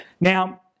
Now